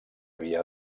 havia